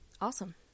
Awesome